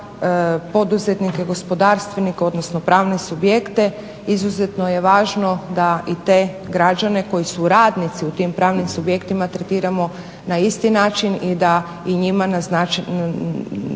za poduzetnike, gospodarstvenike odnosno pravne subjekte izuzetno je važno da i te građane koji su radnici u tim pravnim subjektima tretiramo na isti način i da i njima iznađemo